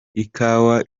ikawa